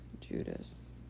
Judas